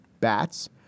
bats